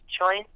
choice